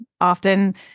often